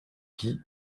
gui